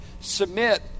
submit